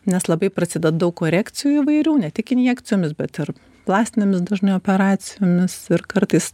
nes labai prasideda daug korekcijų įvairių ne tik injekcijomis bet ir plastinėmis dažnai operacijomis ir kartais